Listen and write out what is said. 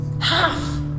Half